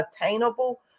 attainable